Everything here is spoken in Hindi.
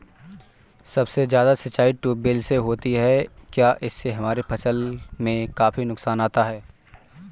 सबसे ज्यादा सिंचाई ट्यूबवेल से होती है क्या इससे हमारे फसल में काफी नुकसान आता है?